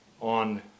on